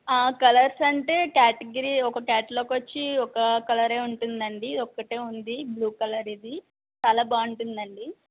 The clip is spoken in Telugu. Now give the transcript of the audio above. కలర్స్ అంటే కేటగిరీ ఒక కేటలాగొచ్చి ఒక కలరే ఉంటుందండి ఒక్కటే ఉంది బ్లూ కలర్ ఇది చాలా బాగుంటుందండి